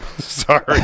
Sorry